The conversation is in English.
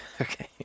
okay